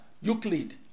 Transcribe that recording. Euclid